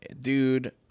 Dude